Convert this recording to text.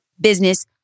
business